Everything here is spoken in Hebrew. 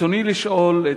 רצוני לשאול,